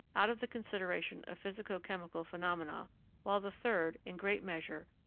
out of the consideration of physico-chemical phenomena while the third, in great measure,